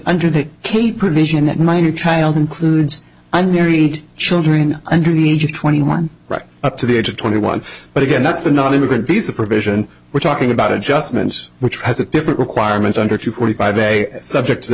under the k provision that my child includes and married children under the age of twenty one right up to the age of twenty one but again that's the nonimmigrant visa provision we're talking about adjustment which has a different requirement under two forty five day subject to the